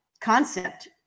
concept